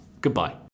Goodbye